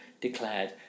declared